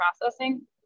processing